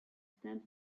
stands